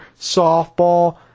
softball